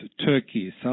Turkey